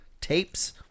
Tapes